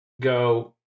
go